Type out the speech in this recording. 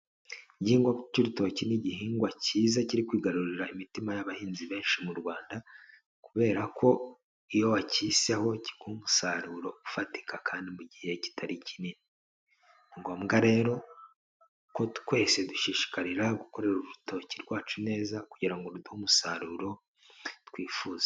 Igihingwa cy'urutoki ni igihingwa cyiza kiri kwigarurira imitima y'abahinzi benshi mu Rwanda kubera ko iyo wakiseho kiguha umusaruro ufatika kandi mu gihe kitari kinini, ni ngombwa rero ko twese dushishikarira gukorera urutoki rwacu neza kugira ngo ruduhe umusaruro twifuza.